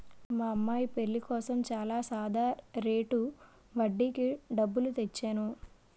మా అమ్మాయి పెళ్ళి కోసం చాలా సాదా రేటు వడ్డీకి డబ్బులు తెచ్చేను